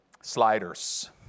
Sliders